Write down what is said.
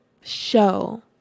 show